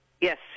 Yes